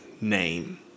name